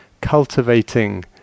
cultivating